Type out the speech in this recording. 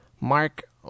Mark